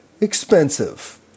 expensive